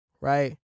right